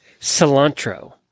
Cilantro